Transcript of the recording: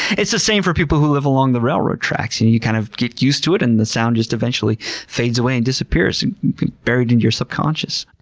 it's the same for people who live along the railroad tracks. and you kind of get used to it and the sound just eventually fades away, and disappears buried into your subconscious.